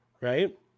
right